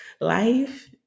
life